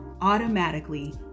automatically